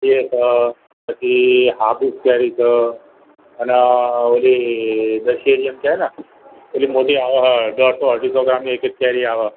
એ છે પછી હાફૂસ કેરી છ અને ઓલી દશેરી એમ કહે ને પેલી મોટી આવે છે બસો અઢીસો ગ્રામની એક એક કેરી આવે છે